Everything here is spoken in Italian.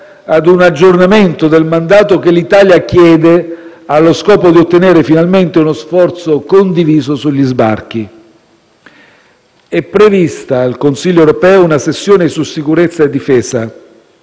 a un aggiornamento del mandato che l'Italia chiede allo scopo di ottenere finalmente uno sforzo condiviso sugli sbarchi. È prevista al Consiglio europeo una sessione su sicurezza e difesa